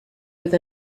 with